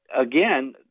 again